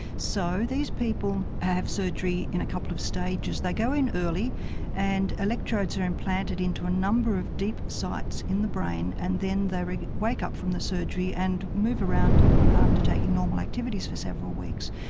so these people have surgery in a couple of stages, they go in early and electrodes are implanted into a number of deep sites in the brain and then they wake up from the surgery and move around undertaking normal activities for several weeks.